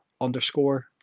underscore